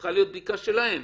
שצריכה להיות בדיקה שלהם.